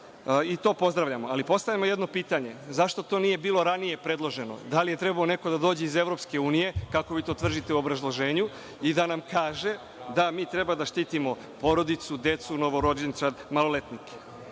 i to pozdravljamo, ali postavljamo jedno pitanje. Zašto to nije bilo ranije predloženo, da li je trebao da dođe neko iz EU, kako vi to tvrdite u obrazloženju, i da nam kaže da mi treba da štitimo porodicu, decu, novorođenčad, maloletnike? To